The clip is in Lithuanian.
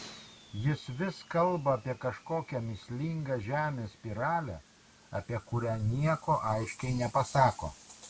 jis vis kalba apie kažkokią mįslingą žemės spiralę apie kurią nieko aiškiai nepasako